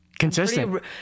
Consistent